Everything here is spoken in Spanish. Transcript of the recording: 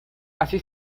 así